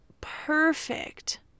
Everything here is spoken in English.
perfect